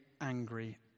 angry